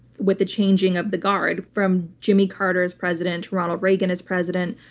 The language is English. with the changing of the guard from jimmy carter as president to ronald reagan as president.